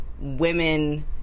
women